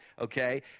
okay